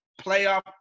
playoff